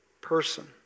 person